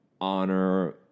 honor